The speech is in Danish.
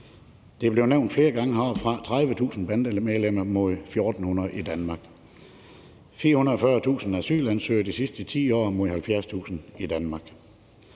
Det er blevet nævnt flere gange heroppefra, at der er tale om 30.000 bandemedlemmer mod 1.400 i Danmark; 440.000 asylansøgere de sidste 10 år mod 70.000 i Danmark.